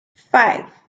five